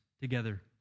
together